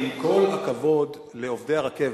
עם כל הכבוד לעובדי הרכבת,